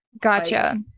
gotcha